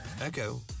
Echo